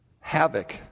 havoc